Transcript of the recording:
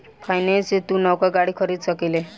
finance से तू नवका गाड़ी खरीद सकेल